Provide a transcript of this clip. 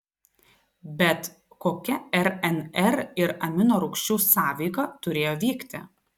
bet kokia rnr ir aminorūgščių sąveika turėjo vykti